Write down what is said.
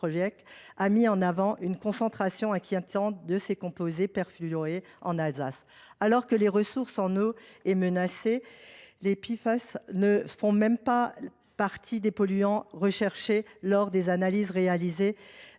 mis en avant une concentration inquiétante de ces composés perfluorés en Alsace. Alors que la ressource en eau est menacée, les PFAS ne font même pas partie des polluants recherchés lors des analyses réalisées